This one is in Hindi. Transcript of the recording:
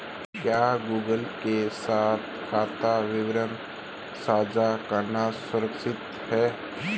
क्या गूगल के साथ खाता विवरण साझा करना सुरक्षित है?